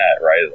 right